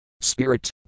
spirit